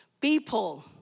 people